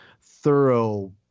thorough